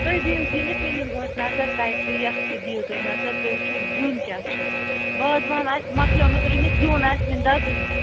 تُہۍ دِیو زِنِس وِنِس گۄڈٕ نظر تَتہِ یِتھ تہِ دِیو تُہۍ نظر تُہۍ وُچھِو زیُن کیٛاہ چھُ وازٕوان آسہِ مۅکلیٛومُت رٔنِتھ زیُن آسہِ وُنہِ دزٲنی